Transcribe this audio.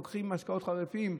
לוקחים אולי משקאות חריפים,